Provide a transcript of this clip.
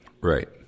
Right